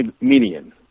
median